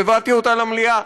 והבאתי אותה למליאה,